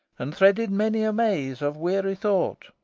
and threaded many a maze of weary thought.